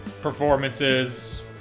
performances